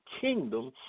kingdom